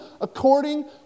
according